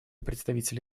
представителя